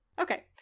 Okay